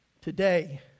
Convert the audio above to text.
today